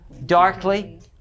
darkly